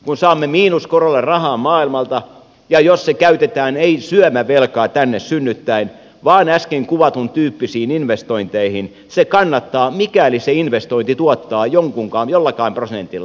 kun saamme miinuskorolla rahaa maailmalta ja jos se käytetään ei syömävelkaa tänne synnyttäen vaan äsken kuvatun tyyppisiin investointeihin se kannattaa mikäli se investointi tuottaa jollakin prosentilla